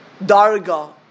darga